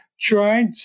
tried